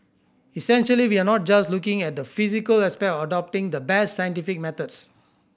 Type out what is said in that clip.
essentially we are not just looking at the physical aspect of adopting the best scientific methods